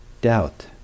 doubt